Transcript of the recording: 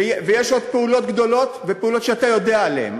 ויש עוד פעולות גדולות ופעולות שאתה יודע עליהן,